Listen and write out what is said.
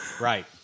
Right